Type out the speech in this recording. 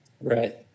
right